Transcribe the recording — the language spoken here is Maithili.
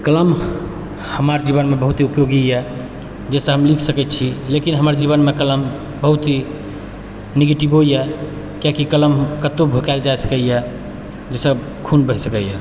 कलम हमर जीवनमे बहुत ही उपयोगी यऽ जाहि सँ हम लिखि सकै छी लेकिन हमर जीवनमे कलम बहुत ही निगेटिवो यऽ कियाकि कलम कतउ भोकाएल जा सकैए जाहि सँ खून बहि सकैए